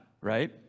right